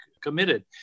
committed